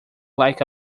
like